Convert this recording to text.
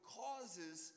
causes